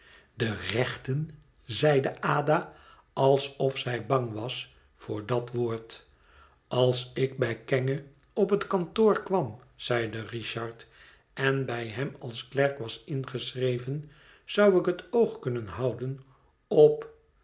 de rechten zeide ada alsof zij bang was voor dat woord als ik bij kenge op het kantoor kwam zeide richard en bij hem als klerk was ingeschreven zou ik het oog kunnen houden op